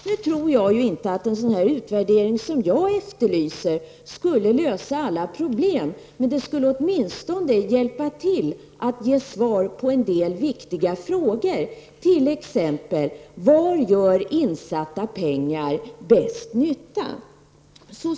Nu tror jag inte att en sådan utvärdering som jag efterlyser skulle lösa alla problem, men den skulle åtminstone hjälpa till att ge svar på en del viktiga frågor, t.ex. frågan om var insatta pengar gör bäst nytta.